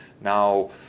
Now